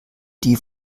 die